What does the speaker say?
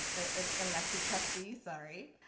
and elected trustee, sorry.